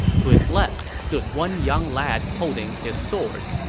to his left stood one young lad holding his sword.